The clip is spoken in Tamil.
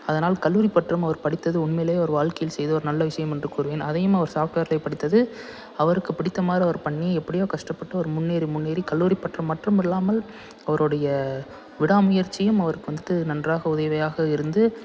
அதனால் கல்லூரி பட்டம் அவர் படித்தது உண்மையிலே அவர் வாழ்க்கையில் செய்த ஒரு நல்ல விஷயம் என்று கூறுவேன் அதையும் அவர் சாஃப்ட்வேரிலே படித்தது அவருக்கு பிடித்த மாதிரி அவர் பண்ணி எப்படியோ கஷ்டப்பட்டு அவர் முன்னேறி முன்னேறி கல்லூரி பட்டம் மட்டுமில்லாமல் அவருடைய விடா முயற்சியும் அவருக்கு வந்துட்டு நன்றாக உதவியாக இருந்து